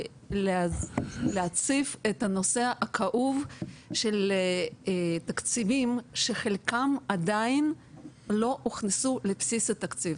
להציף את הנושא הכאוב של תקציבים שחלקם עדיין לא הוכנסו לבסיס התקציב.